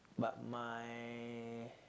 but my